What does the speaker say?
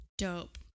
dope